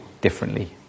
differently